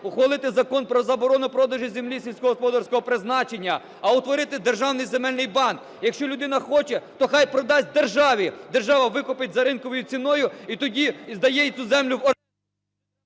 ухвалити Закон про заборону продажу землі сільськогосподарського призначення, а утворити Державний земельний банк. Якщо людина хоче, то хай продасть державі, держава викупить за ринковою ціною і тоді здає цю землю в оренду...